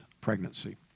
pregnancy